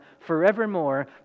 forevermore